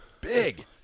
Big